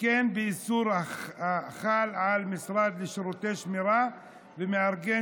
וכן באיסור החל על משרד לשירותי שמירה ומארגן